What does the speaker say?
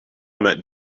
met